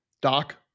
Doc